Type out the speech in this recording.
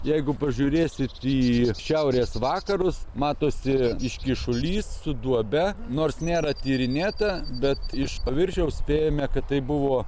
jeigu pažiūrėsit į šiaurės vakarus matosi iškyšulys su duobe nors nėra tyrinėta bet iš paviršiaus spėjame kad tai buvo